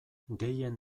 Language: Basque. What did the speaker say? gehien